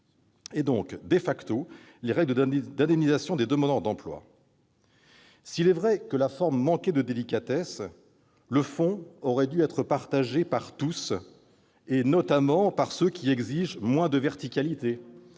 et donc,, les règles d'indemnisation des demandeurs d'emploi. S'il est vrai que la forme manquait de délicatesse, le fond aurait dû être partagé par tous, notamment par ceux qui exigent moins de verticalité,